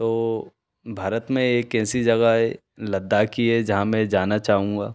तो भारत में एक ऐसी जगह है लद्दाख़ ही है जहाँ मैं जाना चाहूँगा